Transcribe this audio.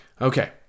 Okay